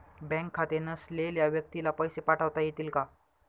Bank खाते नसलेल्या व्यक्तीला पैसे पाठवता येतील का?